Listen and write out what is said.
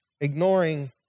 ignoring